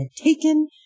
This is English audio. taken